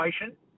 patient